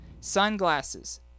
Sunglasses